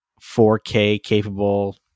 4K-capable